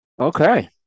Okay